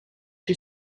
she